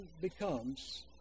becomes